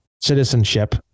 citizenship